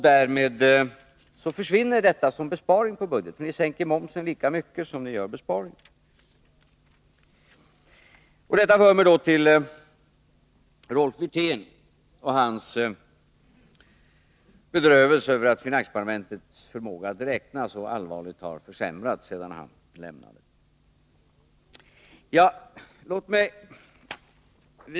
Därmed försvinner de övriga åtgärderna som besparing i budgeten, för ni sänker momsen lika mycket som ni gör besparingar. Detta för mig över till Rolf Wirtén och hans bedrövelse för att finansdepartementets förmåga att räkna så allvarligt har försämrats sedan han fick lämna departementet.